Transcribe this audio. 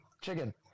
chicken